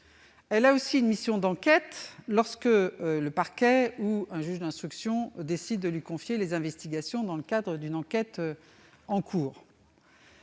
a aussi une mission d'enquête, lorsque le parquet ou un juge d'instruction décide de lui confier des investigations dans le cadre d'une enquête en cours.